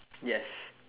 yes